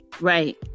Right